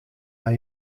aan